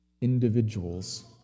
individuals